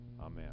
amen